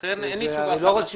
לכן אין לי תשובה חד משמעית.